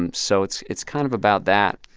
and so it's it's kind of about that